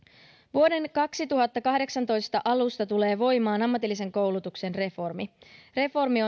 vuoden kaksituhattakahdeksantoista alusta tulee voimaan ammatillisen koulutuksen reformi reformi